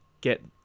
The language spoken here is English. get